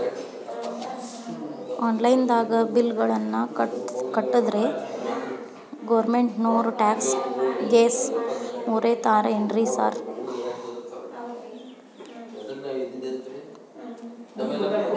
Online ದಾಗ bill ಗಳನ್ನಾ ಕಟ್ಟದ್ರೆ ಗೋರ್ಮೆಂಟಿನೋರ್ ಟ್ಯಾಕ್ಸ್ ಗೇಸ್ ಮುರೇತಾರೆನ್ರಿ ಸಾರ್?